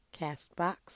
Castbox